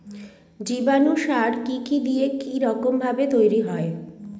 জীবাণু সার কি কি দিয়ে কি রকম ভাবে তৈরি হয়?